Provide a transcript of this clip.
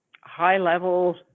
high-level